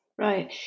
Right